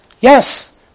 Yes